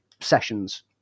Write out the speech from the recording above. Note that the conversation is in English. sessions